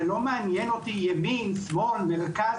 ולא מעניין אותי אם ימין או שמאל או מרכז,